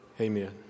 Amen